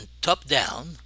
top-down